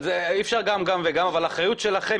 אי אפשר גם וגם אבל האחריות שלכם,